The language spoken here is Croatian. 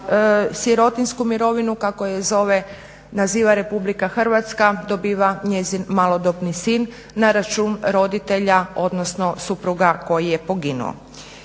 sirotinjska mirovina kako je naziva RH dobiva njezin malodobni sin na račun roditelja odnosno supruga koji je poginuo.